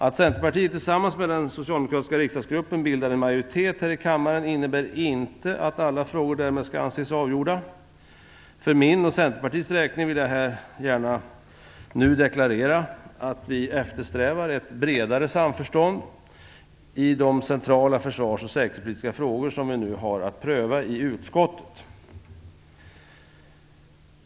Att Centerpartiet tillsammans med den socialdemokratiska riksdagsgruppen bildar en majoritet här i kammaren innebär inte att alla frågor därmed skall anses avgjorda. För min och Centerpartiets räkning vill jag här och nu gärna deklarera att vi eftersträvar ett bredare samförstånd i de centrala försvars och säkerhetspolitiska frågor som vi nu har att pröva i utskottet.